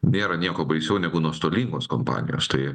nėra nieko baisiau negu nuostolingos kompanijos tai